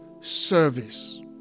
service